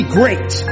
great